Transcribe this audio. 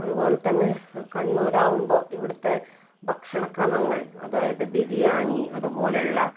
അതുപോലെ തന്നെ കണ്ണൂരാകുമ്പോൾ ഇവിടുത്തെ ഭക്ഷണ ക്രമങ്ങൾ അതായത് ബിരിയാണി അതുപോലെയുള്ള